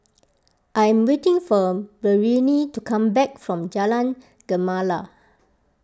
I am waiting for Marianne to come back from Jalan Gemala